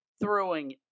throwing